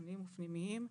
חיצוניים ופנימיים,